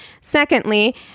Secondly